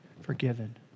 Forgiven